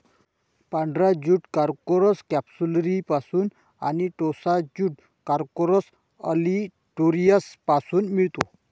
पांढरा jute Corchorus कॅप्सुलरिसपासून आणि टोसा ज्यूट कॉर्कोरस ऑलिटोरियसपासून मिळतो